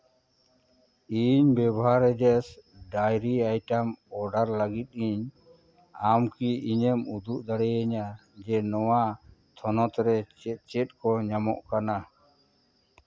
ᱤᱧ beverages dairy items order ᱞᱟᱹᱜᱤᱫ ᱤᱧ ᱟᱢ ᱠᱤ ᱩᱫᱩᱜ ᱫᱟᱲᱮᱭᱟᱹᱧᱟ ᱡᱮ ᱱᱚᱣᱟ ᱛᱷᱚᱱᱚᱛ ᱨᱮ ᱪᱮᱫ ᱪᱮᱫ ᱠᱚ ᱧᱟᱢᱚᱜ ᱠᱟᱱᱟ